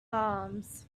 arms